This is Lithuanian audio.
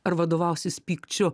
ar vadovausis pykčiu